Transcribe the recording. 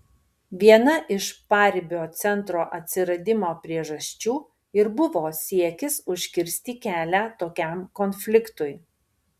viena iš paribio centro atsiradimo priežasčių ir buvo siekis užkirsti kelią tokiam konfliktui